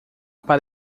para